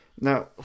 Now